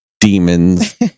demons